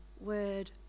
word